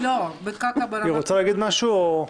את רוצה להגיד משהו?